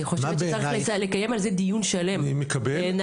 אני חושבת שצריך לקיים על זה דיון שלם, בעיניי.